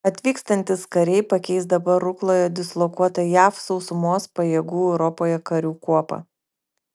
atvykstantys kariai pakeis dabar rukloje dislokuotą jav sausumos pajėgų europoje karių kuopą